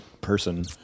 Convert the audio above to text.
person